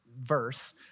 verse